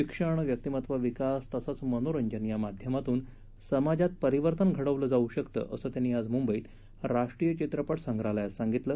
शिक्षण व्यक्तिमत्व विकास तसंच मनोरंजन या माध्यमातून समाजात परिवर्तन घडवलं जाऊ शकतं असं त्यांनी आज मुंबईत राष्ट्रीय चित्रपट संग्रहालयात सांगितलं